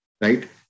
right